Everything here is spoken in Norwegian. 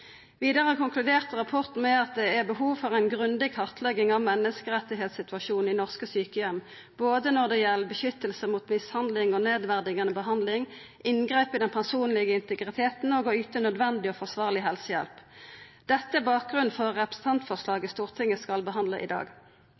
Vidare konkluderer rapporten med at det er behov for ei grundig kartlegging av menneskerettssituasjonen i norske sjukeheimar, både når det gjeld beskyttelse mot mishandling og nedverdigande behandling, å forhindra inngrep i den personlege integriteten og å yta nødvendig og forsvarleg helsehjelp. Dette er bakgrunnen for representantforslaget Stortinget skal behandla i dag.